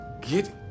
Get